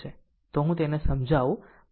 તો હું તેને સમજાવું પછી લખીશ